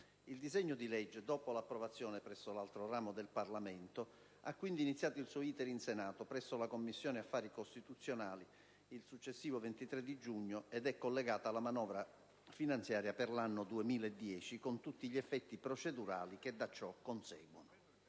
Il disegno di legge, dopo l'approvazione presso l'altro ramo del Parlamento, ha quindi iniziato il suo *iter* in Senato presso la Commissione affari costituzionali il successivo 23 giugno ed è collegato alla manovra finanziaria per l'anno 2010, con tutti gli effetti procedurali che ne conseguono.